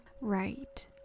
right